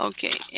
Okay